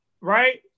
right